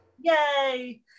Yay